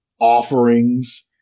offerings